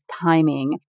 timing